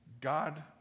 God